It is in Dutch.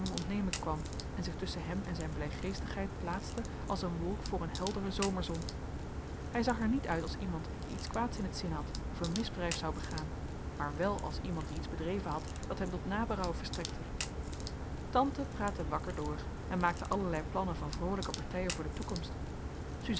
ontnemen kwam en zich tusschen hem en zijn blijgeestigheid plaatste als een wolk voor een heldere zomerzon hij zag er niet uit als iemand die iets kwaads in t zin had of een misdrijf zou begaan maar wel als iemand die iets bedreven had dat hem tot naberouw verstrekte tante praatte wakker door en maakte allerlei plannen van vroolijke partijen voor de toekomst